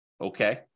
Okay